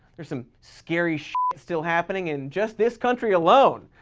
there's some scary still happening in just this country alone.